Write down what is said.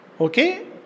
Okay